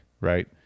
right